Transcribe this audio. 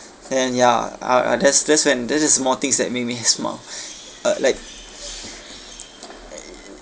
and ya uh that's that's when that is small things that make me smile uh like